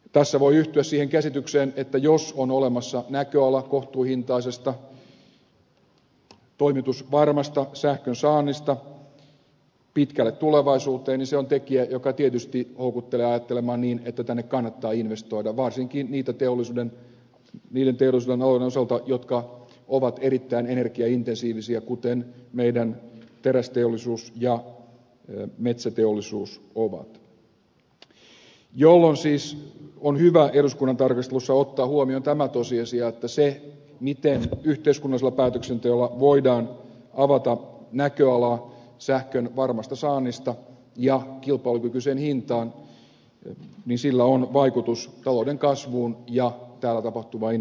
tässä voi yhtyä siihen käsitykseen että jos on olemassa näköala kohtuuhintaisesta toimitusvarmasta sähkön saannista pitkälle tulevaisuuteen niin se on tekijä joka tietysti houkuttelee ajattelemaan niin että tänne kannattaa investoida varsinkin niiden teollisuudenalojen osalta jotka ovat erittäin energiaintensiivisiä kuten meidän terästeollisuutemme ja metsäteollisuutemme ovat jolloin siis on hyvä eduskunnan tarkastelussa ottaa huomioon tämä tosiasia että sillä miten yhteiskunnallisella päätöksenteolla voidaan avata näköala sähkön varmasta saannista ja kilpailukykyiseen hintaan on vaikutus talouden kasvuun ja täällä tapahtuvaan investointitoimintaan